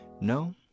No